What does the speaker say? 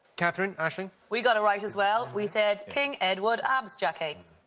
katherine, aisling? we got it right as well. we said king ed wood abs jackates.